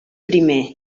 primer